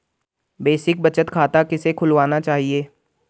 Basic बचत खाता किसे खुलवाना चाहिए?